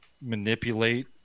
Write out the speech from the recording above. manipulate